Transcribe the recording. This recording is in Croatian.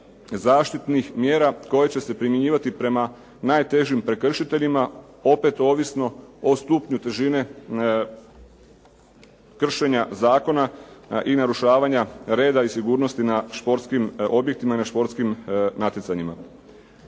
zaštitnih mjera koje će se primjenjivati prema najtežim prekršiteljima, opet ovisno o stupnju težine kršenja zakona i narušavanja reda i sigurnosti na športskim objektima i na športskim natjecanjima.